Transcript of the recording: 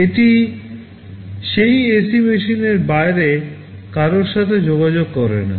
এটি সেই AC machine এর বাইরে কারও সাথে যোগাযোগ করে না